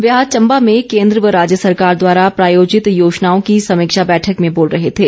वे आज चम्बा में केन्द्र व राज्य सरकार द्वारा प्रायोजित योजनाओं की समीक्षा बैठक में बोल रहे थे